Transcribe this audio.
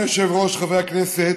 אדוני היושב-ראש, חברי הכנסת,